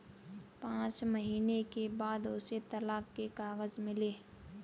पांच महीने के बाद उसे तलाक के कागज मिले